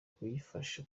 kuyifasha